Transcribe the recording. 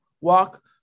walk